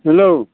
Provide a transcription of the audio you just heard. hello